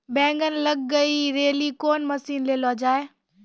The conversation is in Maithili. बैंगन लग गई रैली कौन मसीन ले लो जाए?